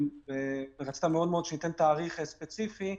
ורצית מאוד שניתן תאריך ספציפי,